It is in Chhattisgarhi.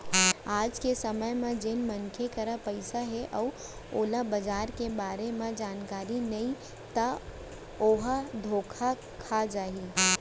आज के समे म जेन मनसे करा पइसा हे अउ ओला बजार के बारे म जानकारी नइ ता ओहा धोखा खा जाही